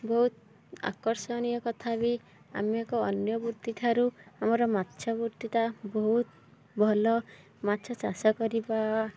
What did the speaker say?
ବହୁତ ଆକର୍ଷଣୀୟ କଥା ବି ଆମେ ଏକ ଅନ୍ୟ ବୃତ୍ତି ଠାରୁ ଆମର ମାଛ ବୃତ୍ତିଟା ବହୁତ ଭଲ ମାଛ ଚାଷ କରିବା